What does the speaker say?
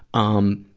um,